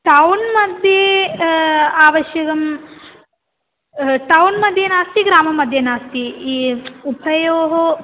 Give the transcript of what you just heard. टौन्मध्ये आवश्यकं टौन्मध्ये नास्ति ग्राममध्ये नास्ति ई उभयोः